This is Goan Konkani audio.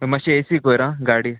मात्शे ए सी कोर आं गाडी